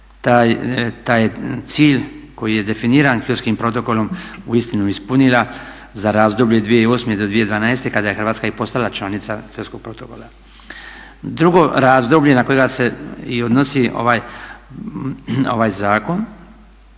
taj cilj koji je definiran Kyotskim protokolom uistinu ispunila za razdoblje 2008. do 2012. kada je Hrvatska i postala članica Kyotskog protokola. Drugo razdoblje na kojega se i odnosi ovaj zakon